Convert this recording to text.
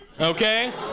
Okay